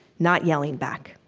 not yelling back